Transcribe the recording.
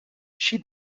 she